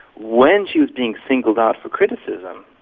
when she was being singled out for criticism,